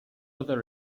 other